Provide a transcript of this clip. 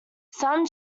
some